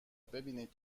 ببینید